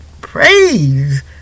Praise